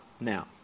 now